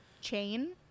Chain